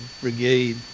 brigade